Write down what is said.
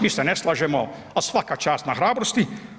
Mi se ne slažemo, ali svaka čast na hrabrosti.